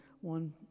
one